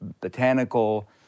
botanical